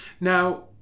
now